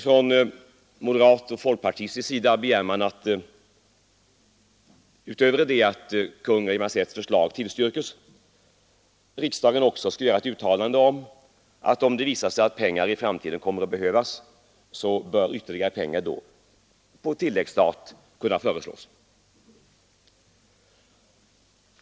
Från moderat och folkpartistisk sida begär man, utöver att Kungl. Maj:ts förslag tillstyrks, att riksdagen skall uttala att om det visar sig att pengar i framtiden kommer att behövas, bör ytterligare medel på tilläggsstat kunna föreslås.